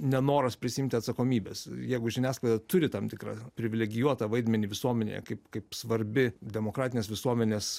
nenoras prisiimti atsakomybės jeigu žiniasklaida turi tam tikrą privilegijuotą vaidmenį visuomenėje kaip kaip svarbi demokratinės visuomenės